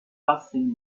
passing